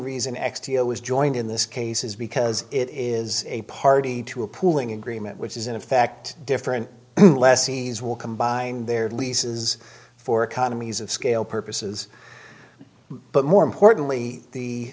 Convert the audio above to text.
was joined in this case is because it is a party to a pooling agreement which is in effect different lessees will combine their leases for economies of scale purposes but more importantly the